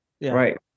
right